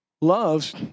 loves